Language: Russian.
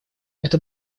это